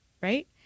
right